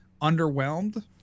underwhelmed